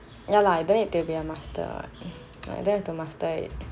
ya lah don't need to be a master what like don't have to master it